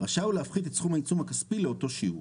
רשאי הוא להפחית את סכום העיצום הכספי לאותו שיעור.